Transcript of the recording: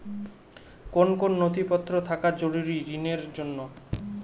কোন কোন নথিপত্র থাকা জরুরি ঋণের জন্য?